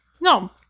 No